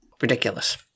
Ridiculous